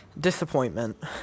Disappointment